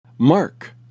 Mark